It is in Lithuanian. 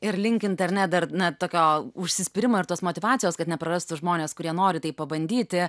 ir linkint ar ne dar na tokio užsispyrimoiar tos motyvacijos kad neprarastų žmonės kurie nori tai pabandyti